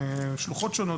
שלוחות שונות,